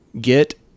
get